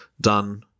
done